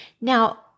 Now